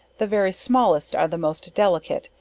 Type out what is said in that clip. the very smallest are the most delicate,